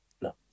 no